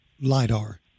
LIDAR